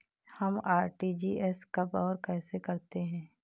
हम आर.टी.जी.एस कब और कैसे करते हैं?